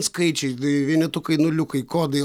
skaičiai vie vienetukai nuliukai kodai